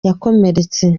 yakomeretse